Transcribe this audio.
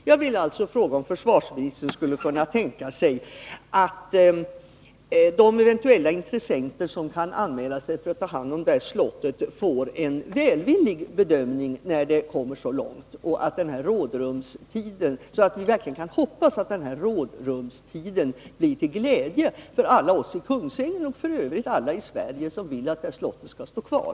Jag vill fråga om försvarsministern skulle kunna tänka sig att de eventuella intressenter som kan anmäla sig för att ta hand om detta slott får en välvillig bedömning när det kommer så långt, så att vi verkligen kan hoppas att rådrumstiden blir till glädje för alla oss i Kungsängen och f. ö. alla i Sverige som vill att detta slott skall stå kvar.